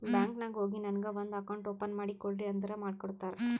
bank ನಾಗ್ ಹೋಗಿ ನನಗ ಒಂದ್ ಅಕೌಂಟ್ ಓಪನ್ ಮಾಡಿ ಕೊಡ್ರಿ ಅಂದುರ್ ಮಾಡ್ಕೊಡ್ತಾರ್